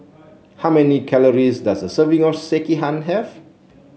how many calories does a serving of Sekihan have